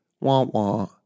Wah-wah